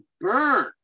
burn